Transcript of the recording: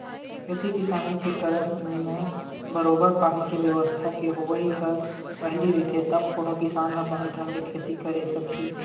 खेती किसानी के करब म बरोबर पानी के बेवस्था के होवई ह पहिली रहिथे तब कोनो किसान ह बने ढंग ले खेती करे सकही